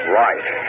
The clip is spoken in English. right